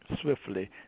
swiftly